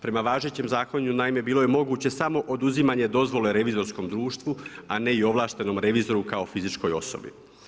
Prema važećem zakonu, naime bilo je moguće samo oduzimanje dozvole revizorskom društvu, a ne i ovlaštenom revizoru kao fizičkoj osobi.